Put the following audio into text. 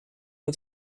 met